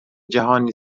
جهانی